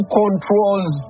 controls